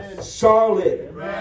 solid